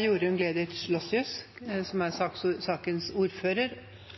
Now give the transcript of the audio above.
opposisjonspartiene er